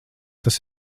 tas